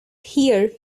here